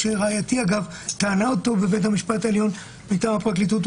שרעייתי טענה אותו בבית המשפט העליון מטעם הפרקליטות,